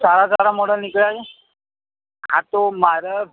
સારાં સારાં મોડલ નીકળ્યાં છે હા તો મારે